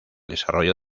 desarrollo